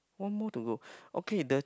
one more to go okay the